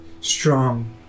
strong